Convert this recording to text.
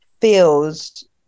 feels